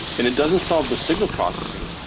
and it doesn't solve the signal processing,